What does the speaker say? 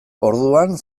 orduan